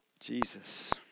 Jesus